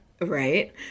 right